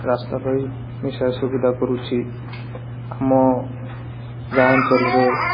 ରାସ୍ତା ପାଇଁ ମିଶା ସୁବିଧା କରୁଛି ଆମ ଗାଁ ଅଞ୍ଚଳରେ